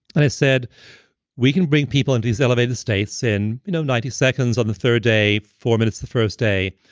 and i said we can bring people into these elevated states in you know ninety seconds on the third day, four minutes the first day.